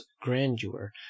grandeur